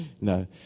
No